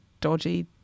dodgy